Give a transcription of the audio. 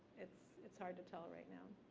it's it's hard to tell right now.